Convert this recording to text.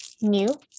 new